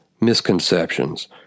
misconceptions